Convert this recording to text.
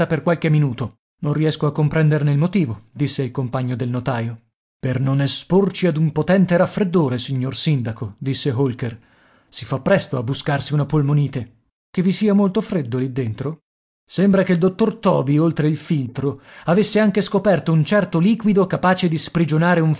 per qualche minuto non riesco a comprenderne il motivo disse il compagno del notaio per non esporci ad un potente raffreddore signor sindaco disse holker si fa presto a buscarsi una polmonite che vi sia molto freddo lì dentro sembra che il dottor toby oltre il filtro avesse anche scoperto un certo liquido capace di sprigionare